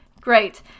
Great